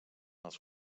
els